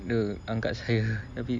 dia angkat saya tapi